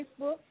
Facebook